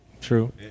True